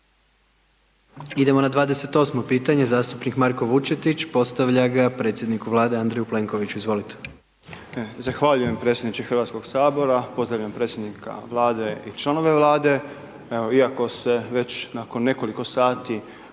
Idemo na 28. pitanje, zastupnik Marko Vučetić, postavlja ga predsjedniku Vlade, Andreju Plenkoviću. Izvolite. **Vučetić, Marko (Nezavisni)** Zahvaljujem predsjedniče HS-a. Pozdravljam predsjednika Vlade i članove Vlade. Evo, iako se već nakon nekoliko sati